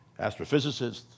Astrophysicists